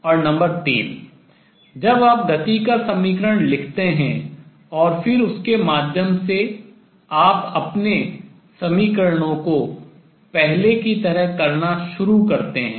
और नंबर 3 जब आप गति का समीकरण लिखते हैं और फिर उसके माध्यम से आप अपने समीकरणों को पहले की तरह करना शुरू करते हैं